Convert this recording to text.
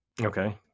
Okay